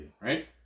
Right